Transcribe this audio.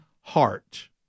heart